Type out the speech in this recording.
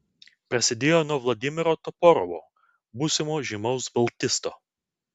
prasidėjo nuo vladimiro toporovo būsimo žymaus baltisto